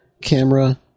camera